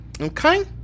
Okay